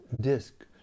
disc